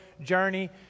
journey